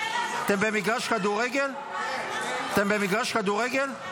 --- אתם במגרש כדורגל, אתם במגרש כדורגל?